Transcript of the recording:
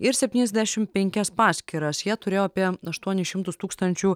ir septyniasdešim penkias paskyras jie turėjo apie aštuonis šimtus tūkstančių